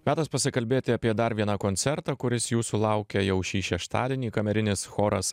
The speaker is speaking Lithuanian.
metas pasikalbėti apie dar vieną koncertą kuris jūsų laukia jau šį šeštadienį kamerinis choras